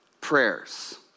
prayers